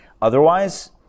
Otherwise